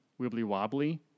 wibbly-wobbly